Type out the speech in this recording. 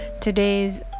today's